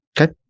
Okay